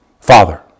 Father